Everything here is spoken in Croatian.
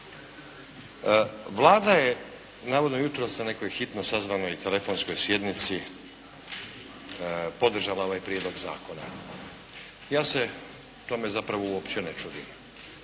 Vlada je navodno jutros na nekoj hitno sazvanoj telefonskoj sjednici podržala ovaj prijedlog zakona. Ja se tome zapravo uopće ne čudim.